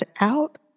out